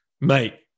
mate